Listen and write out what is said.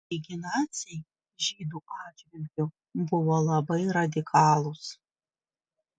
taigi naciai žydų atžvilgiu buvo labai radikalūs